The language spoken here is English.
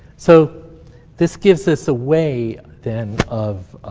so this gives us a way then of